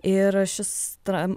ir šis tram